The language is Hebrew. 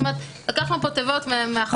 זאת אומרת, לקחנו כאן תיבות מהחוק הקיים.